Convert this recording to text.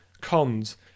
Cons